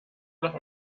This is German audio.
nach